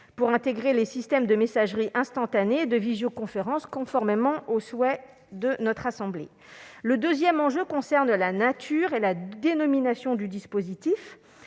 pour intégrer les systèmes de messagerie instantanée et de visioconférence, conformément aux souhaits de notre assemblée. Un deuxième enjeu concerne la nature et la dénomination du dispositif.